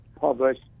published